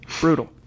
Brutal